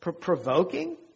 Provoking